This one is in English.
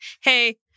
hey